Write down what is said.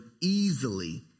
easily